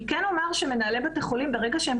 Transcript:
אני כן אומר שברגע שמנהלי בתי חולים חושדים